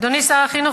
אדוני שר החינוך,